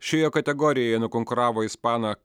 šioje kategorijoje nukonkuravo ispaną